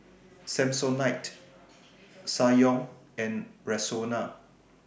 Samsonite Ssangyong and Rexona